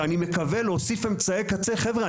ואני מקווה להוסיף אמצעי קצה חבר'ה,